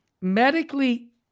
Medically